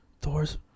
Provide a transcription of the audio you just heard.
Thor's